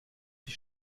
sie